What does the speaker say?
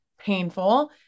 painful